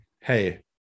hey